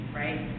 right